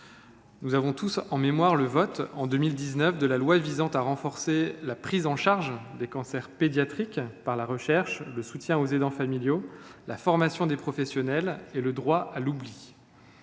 Nous avons tous en mémoire le vote, en 2019, de la loi visant à renforcer la prise en charge des cancers pédiatriques par la recherche, le soutien aux aidants familiaux, la formation des professionnels et le droit à l’oubli